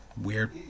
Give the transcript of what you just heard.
weird